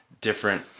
different